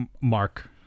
mark